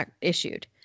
issued